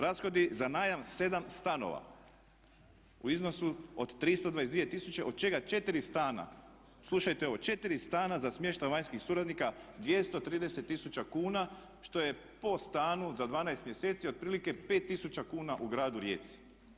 Rashodi za najam 7 stanova u iznosu od 322 tisuće od čega 4 stana, slušajte ovo 4 stana za smještaj vanjskih suradnika 230 tisuća kuna što je po stanu za 12 mjeseci otprilike 5 tisuća kuna u Gradu Rijeci.